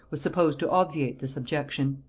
was supposed to obviate this objection.